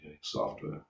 software